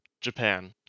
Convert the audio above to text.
Japan